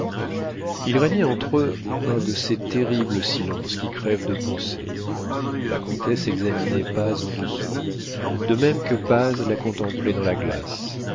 il régnait entre eux un de ces terribles silences qui crèvent de pensées la comtesse examinait paz en dessous de même que paz la contemplait dans la glace